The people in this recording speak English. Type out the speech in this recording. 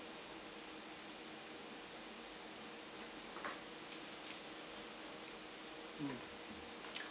mm